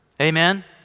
Amen